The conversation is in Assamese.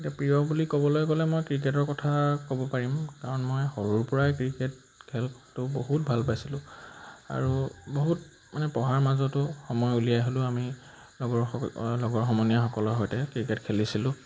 এতিয়া প্ৰিয় বুলি ক'বলৈ গ'লে মই ক্ৰিকেটৰ কথা ক'ব পাৰিম কাৰণ মই সৰুৰ পৰাই ক্ৰিকেট খেলটো বহুত ভাল পাইছিলোঁ আৰু বহুত মানে পঢ়াৰ মাজতো সময় উলিয়াই হ'লেও আমি লগৰ লগৰ সমনীয়াসকলৰ সৈতে ক্ৰিকেট খেলিছিলোঁ